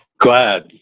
Glad